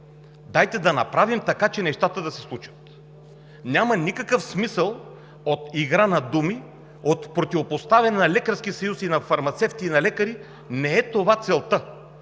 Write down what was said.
Дайте да направим така, че нещата да се случат. Няма никакъв смисъл от игра на думи, от противопоставяне на Лекарски съюз, фармацевти и лекари – не е това целта.